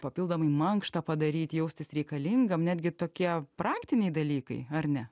papildomai mankštą padaryt jaustis reikalingam netgi tokie praktiniai dalykai ar ne